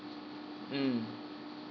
mm